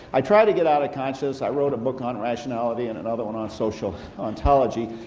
i tried to get out of consciousness i wrote a book on rationality and another one on social ontology,